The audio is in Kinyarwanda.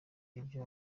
ibyo